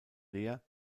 leer